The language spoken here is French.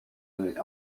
année